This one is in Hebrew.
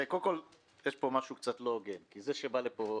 קודם כול, יש פה משהו קצת לא הוגן כי זה שבא לפה